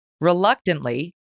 reluctantly